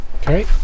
Okay